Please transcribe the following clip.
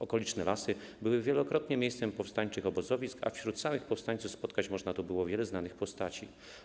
Okoliczne lasy były wielokrotnie miejscem powstańczych obozowisk, a wśród samych powstańców spotkać można tu było wiele znanych postaci.